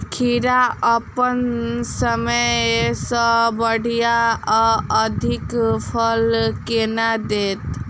खीरा अप्पन समय सँ बढ़िया आ अधिक फल केना देत?